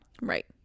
right